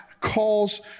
calls